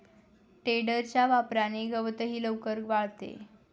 टेडरच्या वापराने गवतही लवकर वाळते